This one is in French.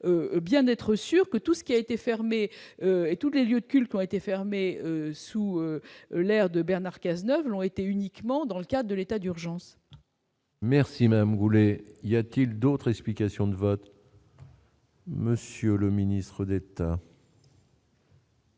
bien d'être sûr que tout ce qui a été fermé et tous les lieux de culte ont été fermés sous l'ère de Bernard Cazeneuve, l'ont été uniquement dans le cas de l'état d'urgence. Merci madame, il y a-t-il d'autres explications de vote. Monsieur le ministre d'État.